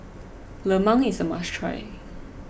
Lemang is a must try